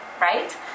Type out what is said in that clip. right